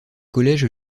collège